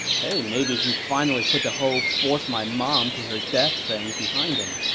hey, maybe he's finally put the whole forced my mom to her death thing behind him.